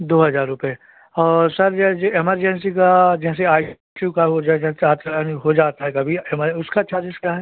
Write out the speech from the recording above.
दो हज़ार रुपये और सर जैसे इमरजेन्सी का जैसे आई सी यू का हो जाए जा चार हो जाता है कभी एम आई उसका चार्ज़ेस क्या है